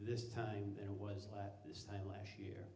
this time than it was last this time last year